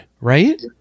right